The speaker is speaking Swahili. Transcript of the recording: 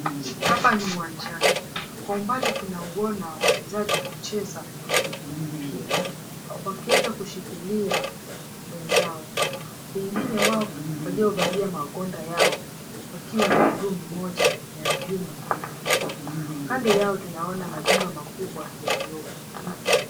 Hapa ni uwanjani kwa umbali tunauona wachezaji wakicheza mpira. Wakiweza kushikilia wenzao. Wengine wao waliovalia magwanda yao wakiwa na mguu mmoja na vyuma mkononi. Kando yao tunaona majumba makubwa yaliyomo.